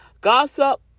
Gossip